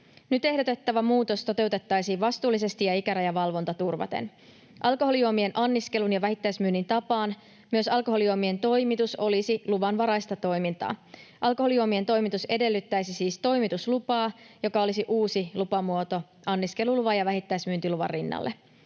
Nyt ehdotettava muutos toteutettaisiin vastuullisesti ja ikärajavalvonta turvaten. Alkoholijuomien anniskelun ja vähittäismyynnin tapaan myös alkoholijuomien toimitus olisi luvanvaraista toimintaa. Alkoholijuomien toimitus edellyttäisi siis toimituslupaa, joka olisi uusi lupamuoto anniskeluluvan ja vähittäismyyntiluvan rinnalle.